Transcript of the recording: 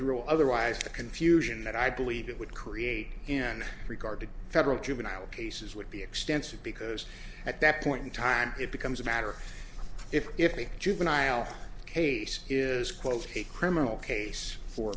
rule otherwise the confusion that i believe it would create in regard to federal juvenile cases would be extensive because at that point in time it becomes a matter if if a juvenile case is quote a criminal case for